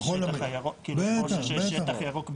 הקו הכחול הופקד, אושר, פורסם ברשומות.